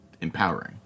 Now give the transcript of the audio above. empowering